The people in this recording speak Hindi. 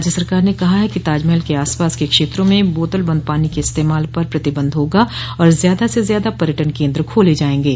राज्य सरकार ने कहा है कि ताजमहल के आसपास के क्षेत्रों में बोतल बंद पानी के इस्तेमाल पर प्रतिबंध होगा तथा ज्यादा से ज्यादा पर्यटन केन्द्र खोले जाएंगे